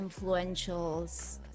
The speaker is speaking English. influentials